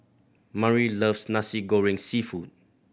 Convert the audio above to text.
Murry loves Nasi Goreng Seafood